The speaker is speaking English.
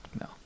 no